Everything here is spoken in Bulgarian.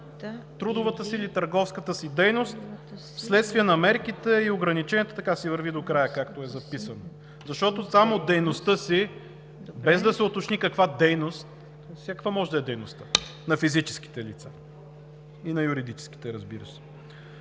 трудовата или търговската си дейност вследствие на мерките и ограниченията“, и нататък върви до края, както е записано. Защото само „дейността си“, без да се уточни каква дейност – всякаква може да е дейността, на физическите и на юридическите лица, разбира се.